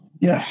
Yes